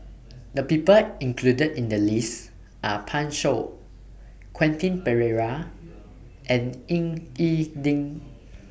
The People included in The list Are Pan Shou Quentin Pereira and Ying E Ding